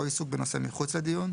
או עיסוק בנושא מחוץ לדיון,